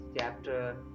chapter